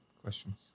Questions